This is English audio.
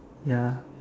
ya